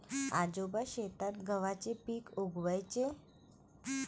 आजोबा शेतात गव्हाचे पीक उगवयाचे